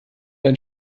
dein